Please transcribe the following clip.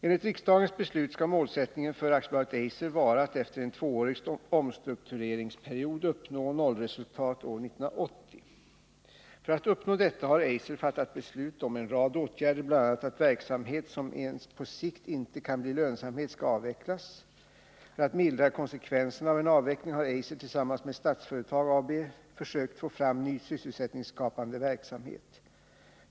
Enligt riksdagens besluts skall målsättningen för AB Eiser vara att efter en tvåårig omstruktureringsperiod uppnå nollresultat år 1980 . För att uppnå detta har Eiser fattat beslut om en rad åtgärder, bl.a. att verksamhet som ens på sikt inte kan bli lönsam skall avvecklas. För att mildra konsekvenserna av en avveckling har Eiser tillsammans med Statsföretag AB försökt få fram ny sysselsättningsskapande verksamhet.